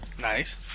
Nice